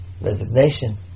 resignation